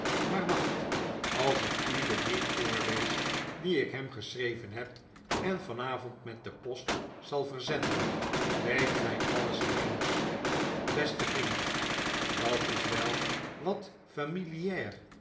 maar wacht als ik u den brief voorlees dien ik hem geschreven heb en vanavond met de post zal verzenden weet gij alles ineens f beste vriend dat is wel wat